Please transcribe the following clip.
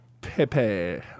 Pepe